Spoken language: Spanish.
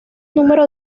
número